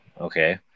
okay